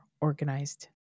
organized